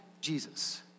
Jesus